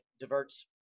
diverts